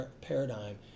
paradigm